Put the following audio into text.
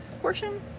portion